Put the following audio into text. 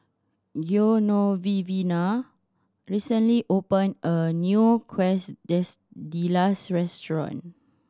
Genoveva recently opened a new Quesadillas restaurant